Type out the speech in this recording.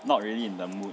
not really in the mood